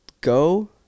Go